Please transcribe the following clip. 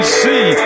see